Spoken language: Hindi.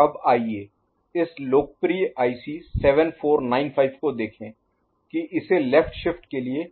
अब आइए इस लोकप्रिय आईसी 7495 को देखें कि इसे लेफ्ट शिफ्ट के लिए